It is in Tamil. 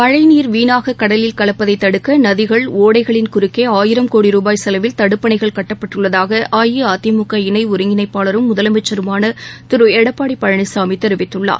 மழை நீர் வீணாகக் கடலில் கலப்பதைத் தடுக்க நதிகள் ஒடைகளின் குறுக்கே ஆயிரம் கோடி ரூபாய் செலவில் தடுப்பணைகள் கட்டப்பட்டுள்ளதாக அஇஅதிமுக இணை ஒருங்கிணைப்பாளரும் முதலமைச்சருமான திரு எடப்பாடி பழனிசாமி தெரிவித்துள்ளார்